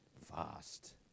fast